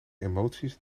emoties